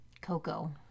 Coco